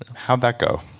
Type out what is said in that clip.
and how'd that go?